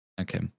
Okay